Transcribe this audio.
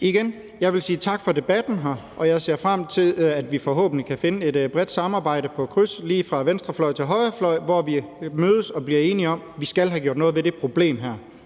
igen, jeg vil sige tak for debatten her, og jeg ser frem til, at vi forhåbentlig kan finde et bredt samarbejde på kryds og tværs, lige fra venstrefløj til højrefløj, hvor vi mødes og bliver enige om, at vi skal have gjort noget ved det problem her.